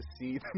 see